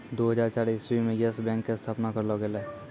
दु हजार चार इस्वी मे यस बैंक के स्थापना करलो गेलै